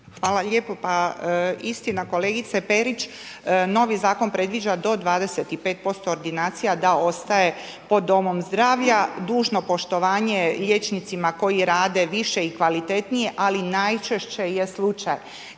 Hvala lijepa. Istina kolegice Perić, novi zakon predviđa do 25% ordinacija da ostaje pod domom zdravlja, dužno poštovanje liječnicima koji rade više i kvalitetnije ali najčešće je slučaj